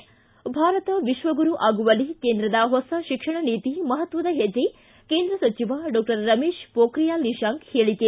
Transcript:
ಿ ಭಾರತ ವಿಶ್ವಗುರು ಆಗುವಲ್ಲಿ ಕೇಂದ್ರದ ಹೊಸ ಶಿಕ್ಷಣ ನೀತಿ ಮಹತ್ವದ ಹೆಜ್ಜೆ ಕೇಂದ್ರ ಸಚಿವ ಡಾಕ್ಟರ್ ರಮೇಶ್ ಪೋಖ್ರಿಯಾಲ್ ನಿಶಾಂಕ್ ಹೇಳಿಕೆ